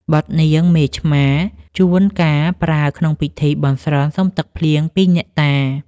បទនាងមេឆ្មា ជួនកាលប្រើក្នុងពិធីបន់ស្រន់សុំទឹកភ្លៀងពីអ្នកតា។